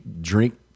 drink